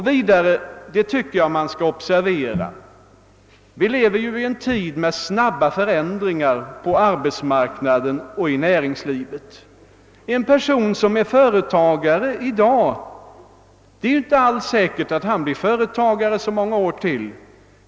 Vidare bör man observera att vi lever i en tid med snabba förändringar på arbetsmarknaden och i näringslivet. Det är inte alls säkert att en person som är företagare i dag kommer att vara företagare så många år till.